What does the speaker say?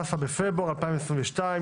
15 בפברואר 2022,